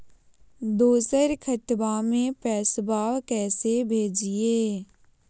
दोसर खतबा में पैसबा कैसे भेजिए?